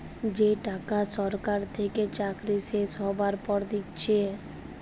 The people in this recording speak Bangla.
যে টাকা সরকার থেকে চাকরি শেষ হ্যবার পর দিচ্ছে